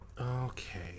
Okay